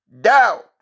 doubt